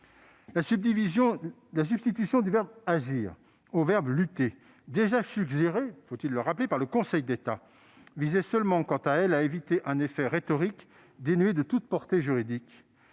La substitution du verbe « agir » au verbe « lutter », déjà suggérée par le Conseil d'État, visait seulement, quant à elle, à éviter un effet rhétorique dénué de toute portée juridique.